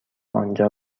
آنجا